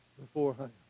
beforehand